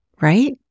right